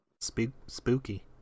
Spooky